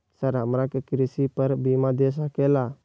Sir हमरा के कृषि पर बीमा दे सके ला?